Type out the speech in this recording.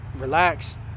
Relax